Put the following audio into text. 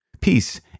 Peace